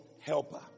Helper